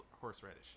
horseradish